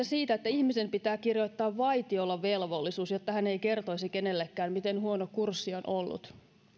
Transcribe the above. siitä että ihmisen pitää kirjoittaa vaitiolovelvollisuus jotta hän ei kertoisi kenellekään miten huono kurssi on ollut